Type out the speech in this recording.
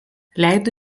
leido